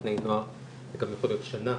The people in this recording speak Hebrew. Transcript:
לבני נוער זה יכול להיות גם שנה